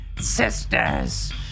Sisters